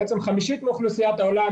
חמישית מאוכלוסיית העולם,